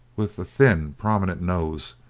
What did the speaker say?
with a thin, prominent nose,